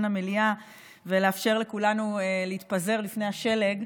המליאה ולאפשר לכולנו להתפזר לפני השלג,